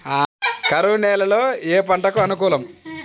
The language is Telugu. కరువు నేలలో ఏ పంటకు అనుకూలం?